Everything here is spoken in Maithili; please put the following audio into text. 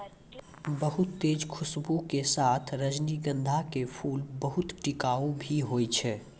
बहुत तेज खूशबू के साथॅ रजनीगंधा के फूल बहुत टिकाऊ भी हौय छै